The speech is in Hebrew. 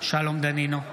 שלום דנינו,